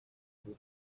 biri